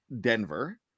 Denver